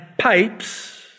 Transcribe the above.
pipes